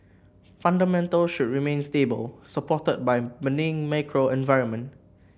fundamentals should remain stable supported by macro environment